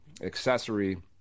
accessory